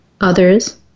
others